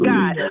God